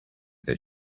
that